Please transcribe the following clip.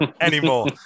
Anymore